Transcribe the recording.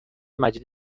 مجید